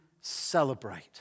celebrate